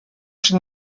při